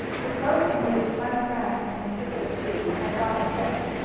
the boat, in which bunny brown and his sister sue had gone adrift,